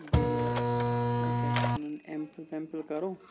بییہِ کیاہ چھِ اَتھ وَنان ایٚم پھل ویٚم پھِل کَرَو